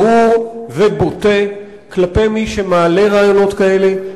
ברור ובוטה כלפי מי שמעלה רעיונות כאלה,